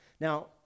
Now